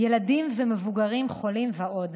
ילדים, מבוגרים, חולים ועוד.